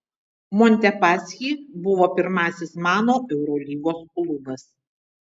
montepaschi buvo pirmasis mano eurolygos klubas